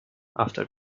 after